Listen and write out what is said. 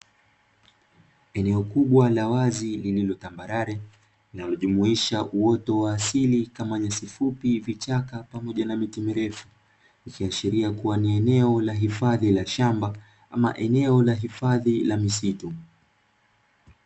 Eneo kubwa la wazi lililo tambarale lilojumuisha uoto wa asili kama nyasi fupi, vichaka pamoja na mti mirefu, ikiashiria kuwa ni eneo la hifadhi la shamba ama eneo la hifadhi la misitu.